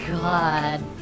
god